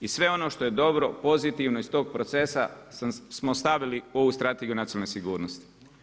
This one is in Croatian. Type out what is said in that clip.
I sve ono što je dobro, pozitivno iz tog procesa smo stavili u ovu Strategiju nacionalne sigurnosti.